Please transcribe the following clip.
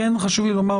חשוב לי לומר,